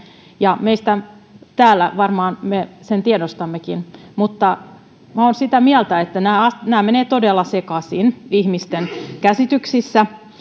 täällä varmaan me sen tiedostammekin mutta minä olen sitä mieltä että nämä nämä menevät todella sekaisin ihmisten käsityksissä